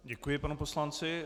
Děkuji panu poslanci.